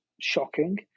shocking